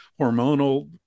hormonal